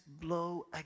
blow